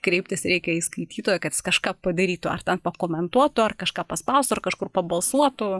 kreiptis reikia į skaitytoją kad jis kažką padarytų ar ten pakomentuotų ar kažką paspaustų ar kažkur pabalsuotų